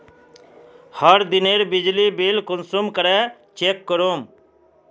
हर दिनेर बिजली बिल कुंसम करे चेक करूम?